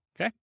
Okay